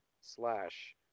slash